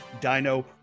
Dino